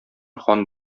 хан